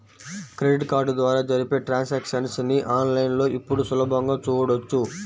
credit card ద్వారా జరిపే transactions ని ఆన్ లైన్ లో ఇప్పుడు సులభంగా చూడొచ్చు